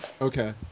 Okay